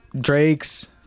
Drake's